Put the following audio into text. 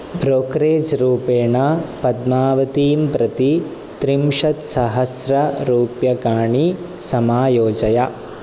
brokerage रूपेण पद्मावतीं प्रति त्रिंशत्सहस्ररूप्यकाणि समायोजय